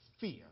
fear